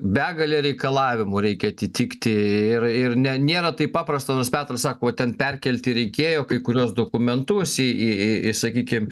begalę reikalavimų reikia atitikti ir ir ne nėra taip paprasta nors petras sako va ten perkelti reikėjo kai kuriuos dokumentus į į į į sakykim